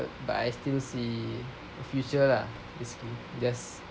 but I still see a future lah is just